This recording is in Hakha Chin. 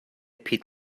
phit